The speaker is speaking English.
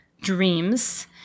dreams